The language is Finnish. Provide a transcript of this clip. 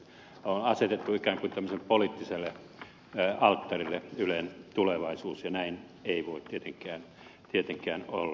on asetettu ikään kuin tämmöiselle poliittiselle alttarille ylen tulevaisuus ja näin ei voi tietenkään olla